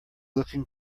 looking